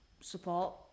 support